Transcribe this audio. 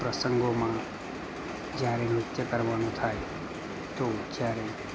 પ્રસંગોમાં જ્યારે નૃત્ય કરવાનું થાય તો જ્યારે